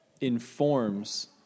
informs